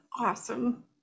awesome